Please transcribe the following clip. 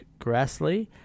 Grassley